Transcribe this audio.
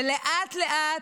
ולאט-לאט,